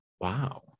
Wow